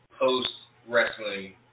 post-wrestling